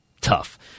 tough